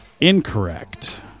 incorrect